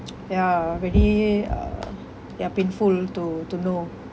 ya really uh ya painful to to know